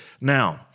Now